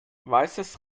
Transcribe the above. weißes